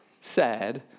sad